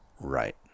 Right